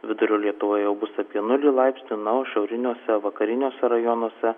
vidurio lietuvoje jau bus apie nulį laipsnių nors šiauriniuose vakariniuose rajonuose